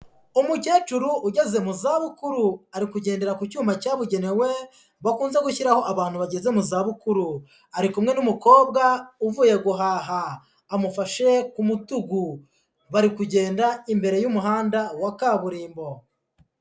Umukecuru ugeze mu zabukuru ari kugendera ku cyuma cyabugenewe bakunze gushyiraho abantu bageze mu zabukuru, ari kumwe n'umukobwa uvuye guhaha amufashe ku rutugu, bari kugenda imbere y'umuhanda wa kaburimbo.